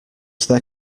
there